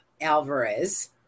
Alvarez